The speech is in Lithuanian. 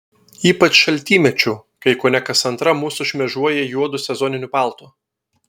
ypač šaltymečiu kai kone kas antra mūsų šmėžuoja juodu sezoniniu paltu